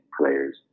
players